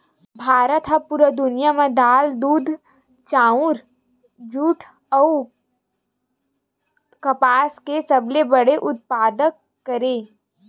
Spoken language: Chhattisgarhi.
भारत हा पूरा दुनिया में दाल, दूध, चाउर, जुट अउ कपास के सबसे बड़े उत्पादक हरे